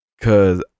Cause